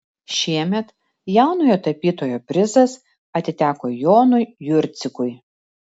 šiemet jaunojo tapytojo prizas atiteko jonui jurcikui